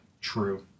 True